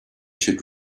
should